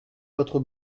votre